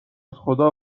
خدا